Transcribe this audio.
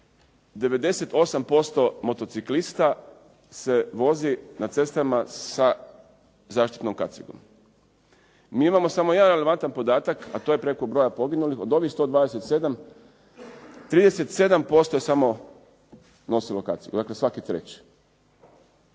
98% motociklista se vozi na cestama sa zaštitnom kacigom. Mi imamo samo jedan relevantan podatak, a to je preko broja poginulih od 127, 37% je samo nosilo kacigu. Dakle svaki treći.